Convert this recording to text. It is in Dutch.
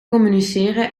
communiceren